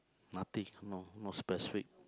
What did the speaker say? nothing no no specific